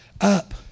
up